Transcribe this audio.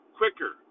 quicker